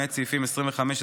למעט סעיפים 26-25,